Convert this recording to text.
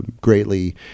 greatly